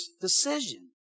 decision